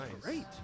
great